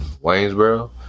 Waynesboro